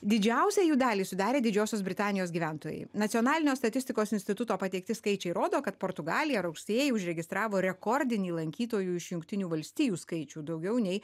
didžiausią jų dalį sudarė didžiosios britanijos gyventojai nacionalinio statistikos instituto pateikti skaičiai rodo kad portugalija rugsėjį užregistravo rekordinį lankytojų iš jungtinių valstijų skaičių daugiau nei